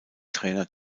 trainer